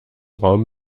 raum